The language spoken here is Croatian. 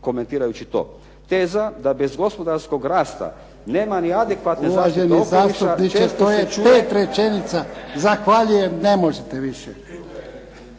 komentirajući to. Teza da bez gospodarskog rasta nema ni adekvatne zaštite **Jarnjak, Ivan (HDZ)** Uvaženi zastupniče, to je 5 rečenica. Zahvaljujem, ne možete više.